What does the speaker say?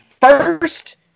first